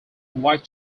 white